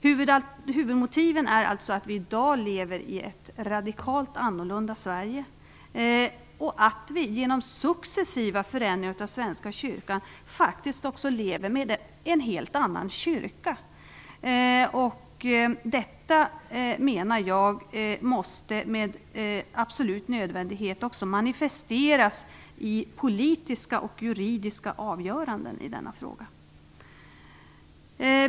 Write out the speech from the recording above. Huvudmotiven är alltså att vi i dag lever i ett radikalt annorlunda Sverige och att vi genom successiva förändringar av Svenska kyrkan faktiskt lever med en helt annan kyrka. Jag menar att detta med absolut nödvändighet måste manifesteras i politiska och juridiska avgöranden i denna fråga.